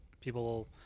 people